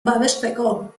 babesteko